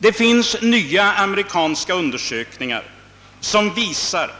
Det finns nya amerikanska undersökningar, som visar